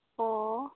ꯑꯣ